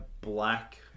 black